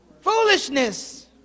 Foolishness